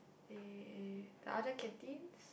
eh the other canteens